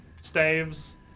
staves